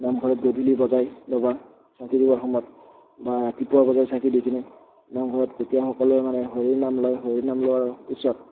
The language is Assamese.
নামঘৰত গধূলি বজায় দবা চাকি দিবৰ সময়ত বা ৰাতিপুৱা বজায় চাকি দি কেনে নামঘৰত তেতিয়া সকলোৱে মানে হৰিৰ নাম লয় হৰিৰ নাম লোৱাৰ পিছত